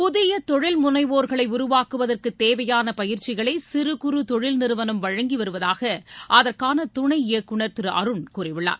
புதியதொழில்முனைவோர்களைஉருவாக்குவதற்குதேவையானபயிற்சிகளைசிறு குறு தொழில் நிறுவனம் வழங்கிவருவதாகஅதற்கானதுணை இயக்குநர் திருஅருண் கூறியுள்ளார்